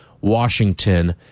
Washington